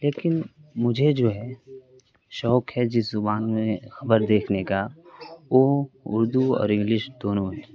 لیکن مجھے جو ہے شوق ہے جس زبان میں خبر دیکھنے کا وہ اردو اور انگلش دونوں ہے